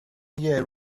year